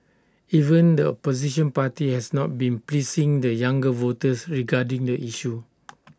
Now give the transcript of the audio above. even the opposition party has not been pleasing the younger voters regarding the issue